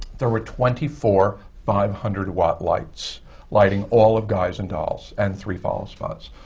there were twenty four five hundred watt lights lighting all of guys and dolls and three follow-spots.